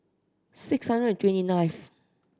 six hundred and twenty ninth